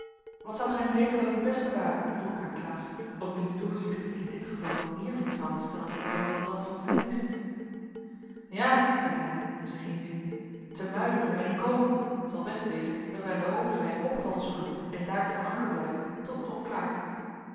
wat zoudt gij nu denken dat het beste ware vroeg ik aan klaas op wiens doorzicht ik in dit geval meer vertrouwen stelde dan op dat van zijn meester ja zeide bij om zich heenziende te muiden kunnen wij niet komen t zal best wezen dat wij aan de overzij een opperwal zoeken en daar ten anker blijven tot het opklaart